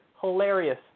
Hilarious